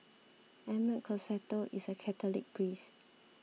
Emmett Costello is a Catholic priest